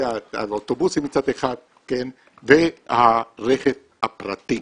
זה אוטובוסים מצד אחד והרכב הפרטי.